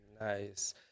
Nice